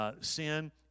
Sin